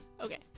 Okay